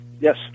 yes